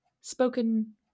spoken